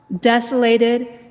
desolated